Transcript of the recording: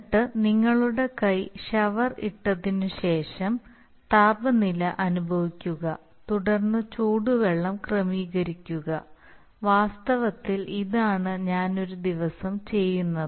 എന്നിട്ട് നിങ്ങളുടെ കൈ ഷവർ ഇട്ടതിനുശേഷം താപനില അനുഭവിക്കുക തുടർന്ന് ചൂടുവെള്ളം ക്രമീകരിക്കുക വാസ്തവത്തിൽ ഇതാണ് ഞാൻ ഒരു ദിവസം ചെയ്യുന്നത്